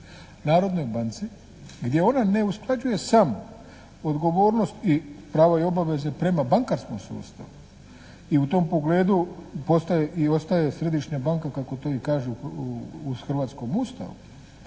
Narodnoj banci gdje ona ne usklađuje samo odgovornost i pravo i obaveze prema bankarskom sustavu i u tom pogledu postaje i ostaje Središnja banka kako to i kaže u hrvatskom Ustavu